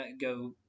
go